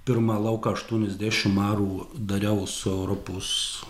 pirmą lauką aštuoniasdešim arų dariau su europos